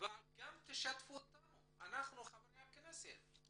ותשתפו אותנו, את חברי הכנסת.